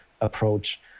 approach